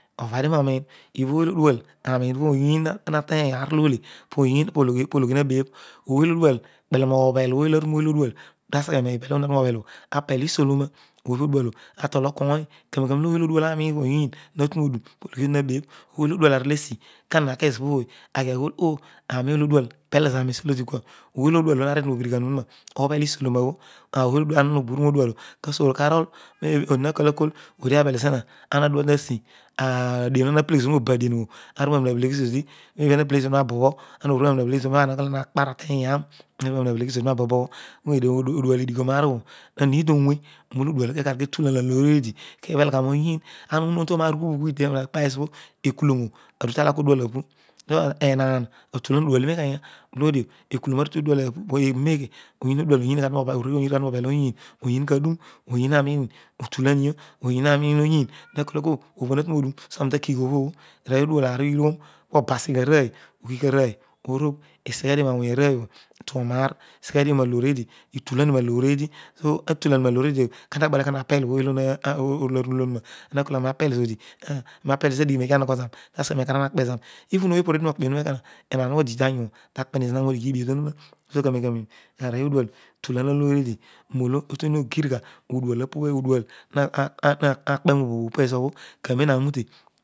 Ovadio rooniin ibho odual aroiin bho oyiin hatery aar olole ologhio bho hajebh ooy olodual kele hobhel olo odual puta sele roibtiel obho hotu no bhel obho apel isoloma atooko̱o̱r aroeror kamen olo ooy odual arahin bho oyin natu rooduro pologhi btw habeebh ooy olodual aroll esi kana ezo boy aghi aghool oh aarorozy odual pel zoroi tesiolo odikua ooy obho odual obho ha refi roobirighan ohune obhel isolona bho ah bho odual ana obo uru roolo odual obho kafoor karol maybe odi hakool hakool odiable zina ana uatuajii adieu obio ana hapeleghi zodi roa badien obho ana orueu anina bhe leghi zodi ana peheghi zodi na bobo, ana oruenu anina bheleghi zodi pabo̱bo̱ pana na kaar ateny iyaro ena uniemuriona peleyhi zodi na bobo, odual edighio roaan obho, wuiud owe olo odual obho kekaar kedutan alooy obho teedi kebhel gha rooyin ana iihoon to roari bhugh obho editero aorooy obho kpallo odikoro ekulon obho arutodual apu. enaan atulem odual nitey bolo dio ekulom obho aru todual obho apu but ebupeghe? Ia odual oyiin arue ghodio roobel oyiin oyiin kadun, oyiin aroiin otiuanio oyiin aroiin eyina tikolakoor obho haturooduro so aani takigh obhobho odual aar iro lloghoon pokigi arooy obasi arooy akigh arooy orook isey hedio roawony aroou obin etuoroaar iseghe dio roaloor eedi itulandio palooy eedi etuoroaar iseghedio roaloor eedi itukninio naloor eedi so idulami raloor eedi obho kanta boleko apel ooy olo arureolohuroa, antakool anta pel zodi taseqhe roekarah akpe zani even ooy opo oruedio no kpo ohupa ha phaah olo bho ode tanyu obho takpehi ziia roodighi llniobho to hura so kapero kapero arooy odual etulan looy obho teesi roolo oyuehi okir gha odual aphobhtre odual karoero aaro uroute